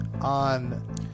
on